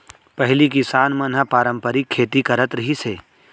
पहिली किसान मन ह पारंपरिक खेती करत रिहिस हे